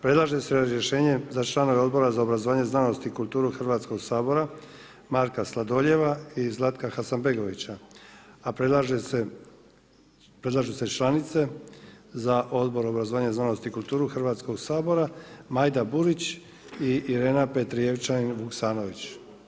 Predlaže se razrješenje za članove Odbora za obrazovanje, znanost i kulturu Hrvatskog sabora Marka Sladoljeva i Zlatka Hasanbegovića, a predlažu se članice za Odbor za obrazovanje, znanost i kulturu Hrvatskog sabora Majda Burić i Irena Petrijevčanin Vuksanović.